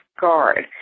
guard